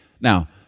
Now